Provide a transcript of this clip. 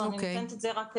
אני מציגה את זה רק כדוגמה.